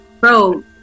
bro